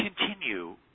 continue